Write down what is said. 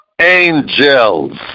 angels